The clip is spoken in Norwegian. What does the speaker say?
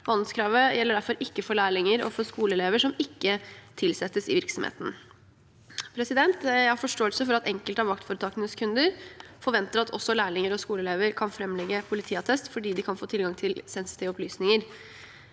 Vandelskravet gjelder derfor ikke for lærlinger og for skoleelever som ikke tilsettes i virksomheten. Jeg har forståelse for at enkelte av vaktforetakenes kunder forventer at også lærlinger og skoleelever kan framlegge politiattest fordi de kan få tilgang til sensitive opplysninger.